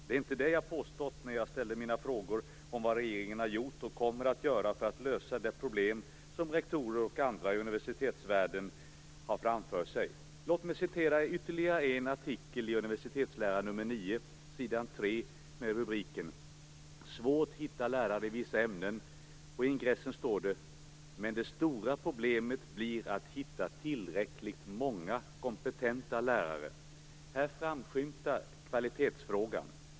Det var inte det jag påstod när jag ställde mina frågor om vad regeringen har gjort och kommer att göra för att lösa de problem som rektorer och andra i universitetsvärlden har framför sig. Låt mig ta upp ytterligare en artikel på s. 3 i Universitetsläraren nr 9. Den har rubriken Svårt hitta lärare i vissa ämnen. I ingressen står det: Men det stora problemet blir att hitta tillräckligt många kompetenta lärare. Här framskymtar kvalitetsfrågan.